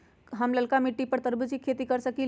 हम लालका मिट्टी पर तरबूज के खेती कर सकीले?